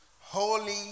Holy